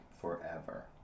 forever